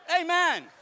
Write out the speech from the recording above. Amen